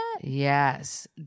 Yes